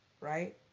Right